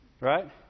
Right